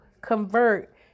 convert